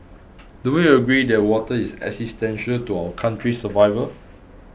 do we agree that water is existential to our country's survival